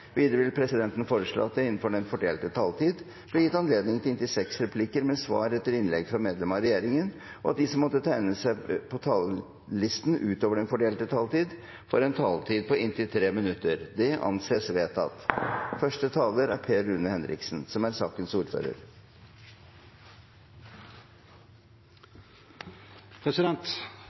Videre vil presidenten foreslå at det blir gitt anledning til replikkordskifte på inntil seks replikker med svar etter innlegg fra medlemmer av regjeringen innenfor den fordelte taletid, og at de som måtte tegne seg på talerlisten utover den fordelte taletid, får en taletid på inntil 3 minutter. – Det anses vedtatt. Det å behandle mennesker med spilleavhengighet er krevende. Det er en avhengighet som